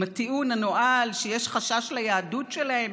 עם הטיעון הנואל שיש חשש ליהדות שלהם,